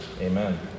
Amen